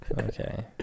Okay